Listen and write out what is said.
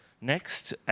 next